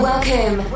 Welcome